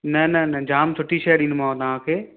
न न न जाम सुठी शइ ॾींदोमांव तव्हां खे